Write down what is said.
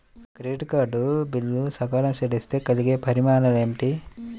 Credit card bill సకాలంలో చెల్లిస్తే కలిగే పరిణామాలేమిటి?